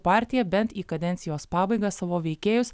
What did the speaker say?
partija bent į kadencijos pabaigą savo veikėjus